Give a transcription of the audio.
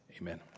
amen